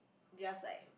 just like